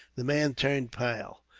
the man turned pale.